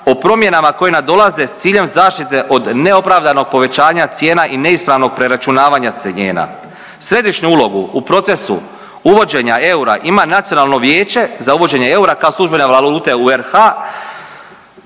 o promjenama koje nam dolaze s ciljem zaštite od neopravdanog povećanja cijena i neispravnog preračunavanja cijena. Središnju ulogu u procesu uvođenja eura ima Nacionalno vijeće za uvođenje eura kao službene valute u RH,